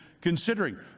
considering